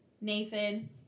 Nathan